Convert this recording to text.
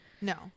No